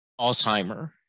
Alzheimer